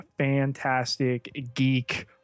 fantasticgeek